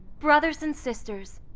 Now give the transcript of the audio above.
brothers and sisters,